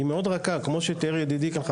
היא מאוד רכה כמו שתיאר ידידי כאן,